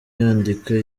yandika